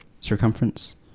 circumference